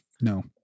no